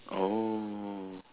oh